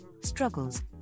struggles